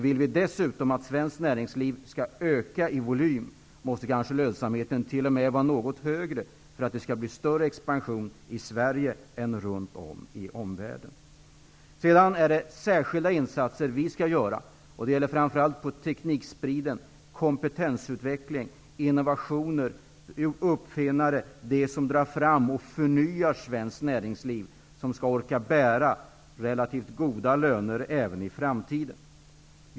Vill vi dessutom att svenskt näringliv skall öka i volym måste lönsamheten kanske t.o.m. vara något högre för att det skall bli större expansion i Sverige än i omvärlden. Vi måste göra särskilda insatser. Det gäller framför allt teknikspridning, kompetensutveckling, innovationer, uppfinnare, dvs. det som för fram och förnyar svenskt näringsliv. Det skall även i framtiden orka bära relativt goda löner.